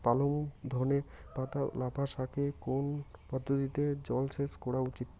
পালং ধনে পাতা লাফা শাকে কোন পদ্ধতিতে জল সেচ করা উচিৎ?